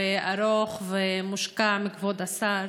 ארוך ומושקע מכבוד השר,